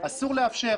אסור לאפשר.